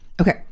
Okay